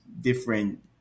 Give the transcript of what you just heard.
different